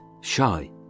shy